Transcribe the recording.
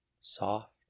soft